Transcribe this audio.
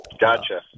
Gotcha